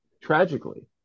tragically